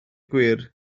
gwir